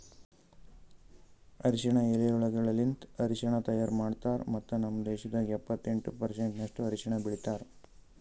ಅರಶಿನ ಎಲಿಗೊಳಲಿಂತ್ ಅರಶಿನ ತೈಯಾರ್ ಮಾಡ್ತಾರ್ ಮತ್ತ ನಮ್ ದೇಶದಾಗ್ ಎಪ್ಪತ್ತೆಂಟು ಪರ್ಸೆಂಟಿನಷ್ಟು ಅರಶಿನ ಬೆಳಿತಾರ್